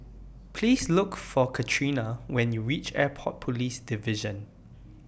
Please Look For Katrina when YOU REACH Airport Police Division